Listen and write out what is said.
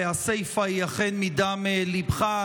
והסיפא היא אכן מדם ליבך.